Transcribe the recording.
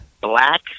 Black